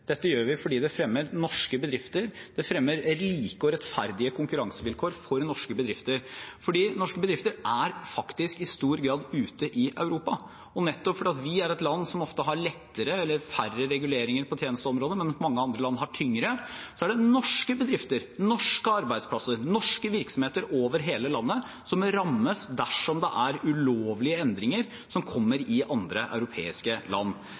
Dette gjør vi fordi det fremmer norske bedrifter. Det fremmer like og rettferdige konkurransevilkår for norske bedrifter fordi norske bedrifter i stor grad faktisk er ute i Europa. Nettopp fordi vi er et land som ofte har lettere eller færre reguleringer på tjenesteområdet, mens mange andre land har tyngre, er det norske bedrifter, norske arbeidsplasser, norske virksomheter over hele landet, som rammes dersom det er ulovlige endringer som kommer i andre europeiske land.